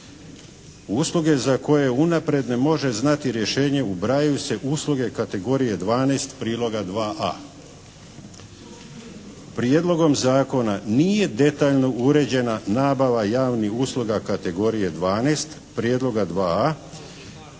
Usluge za koje unaprijed ne može znati rješenje ubrajaju se usluge kategorije 12 priloga 2A. Prijedlogom zakona nije detaljno uređena nabava javnih usluga kategorije 12 prijedloga 2A